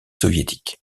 soviétique